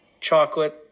chocolate